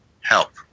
help